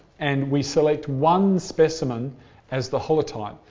and we select one specimen as the holotype.